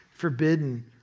forbidden